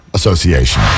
Association